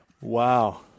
Wow